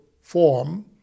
form